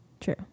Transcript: True